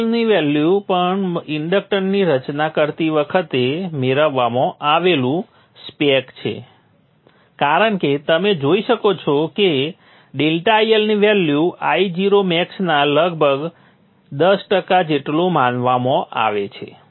∆IL નું વેલ્યુ પણ ઇન્ડક્ટરની રચના કરતી વખતે મેળવવામાં આવેલું સ્પેક છે કારણ કે તમે જોઈ શકો છો કે ∆IL ની વેલ્યુ Io મેક્સના લગભગ 10 ટકા જેટલું માનવામાં આવે છે